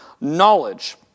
knowledge